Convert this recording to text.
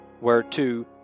whereto